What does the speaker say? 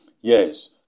Yes